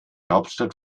hauptstadt